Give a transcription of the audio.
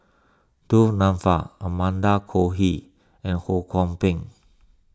Du Nanfa Amanda Koe He and Ho Kwon Ping